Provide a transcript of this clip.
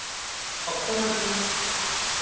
ᱚᱠᱛᱚ ᱱᱟᱹᱯᱤᱛ